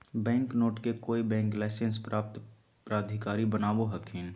bank note के कोय bank licence प्राप्त प्राधिकारी बनावो हखिन